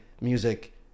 music